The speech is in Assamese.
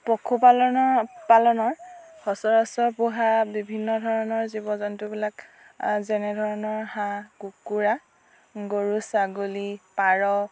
পশুপালনৰ পালনৰ সচৰাচৰ পোহা বিভিন্ন ধৰণৰ জীৱ জন্তুবিলাক যেনেধৰণৰ হাঁহ কুকুৰা গৰু ছাগলী পাৰ